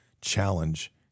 challenge